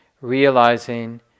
realizing